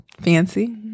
Fancy